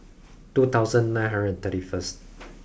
two thousand nine hundred and thirty first